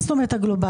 מה זאת אומרת הגלובלי?